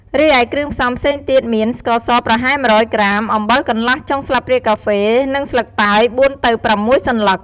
រិឯគ្រឿងផ្សំផ្សេងទៀតមាន ស្ករសប្រហែល១០០ក្រាម អំបិលកន្លះចុងស្លាបព្រាកាហ្វេ និងស្លឹកតើយ ៤ ទៅ ៦ សន្លឹក។